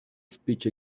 speech